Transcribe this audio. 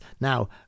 Now